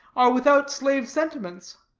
are without slave sentiments.